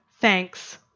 thanks